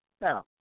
Now